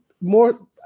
more